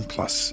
Plus